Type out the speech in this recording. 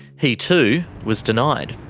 he too was denied.